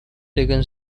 taken